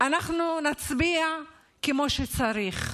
אנחנו נצביע כמו שצריך.